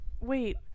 Wait